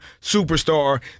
superstar